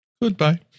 Goodbye